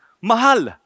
Mahal